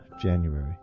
January